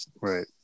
Right